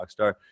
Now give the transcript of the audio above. Rockstar